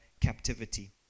captivity